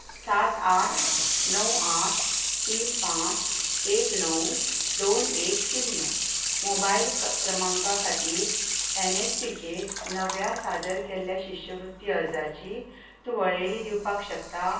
सात आठ णव आठ तीन पांच एक णव दोन एक शुन्य मोबायल क्रमांका खातीर एन एस पी चेर नव्या सादर केल्ल्या शिश्यवृत्ती अर्जांची तूं वळेरी दिवपाक शकता